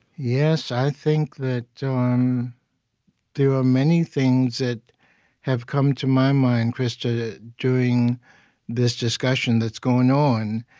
yes, i think that um there are many things that have come to my mind, krista, during this discussion that's going on.